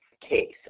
case